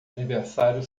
aniversário